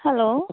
hello